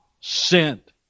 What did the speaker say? sent